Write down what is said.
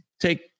take